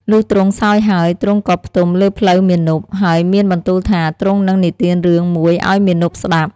លុះទ្រង់សោយហើយ ទ្រង់ក៏ផ្ទំលើភ្លៅមាណព ហើយមានបន្ទូលថាទ្រង់នឹងនិទានរឿងមួយឱ្យមាណពស្តាប់។